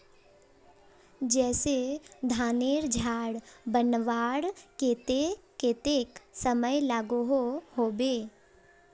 जैसे धानेर झार बनवार केते कतेक समय लागोहो होबे?